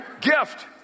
gift